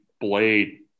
blade